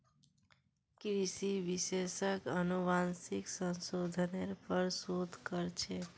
कृषि विशेषज्ञ अनुवांशिक संशोधनेर पर शोध कर छेक